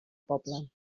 poble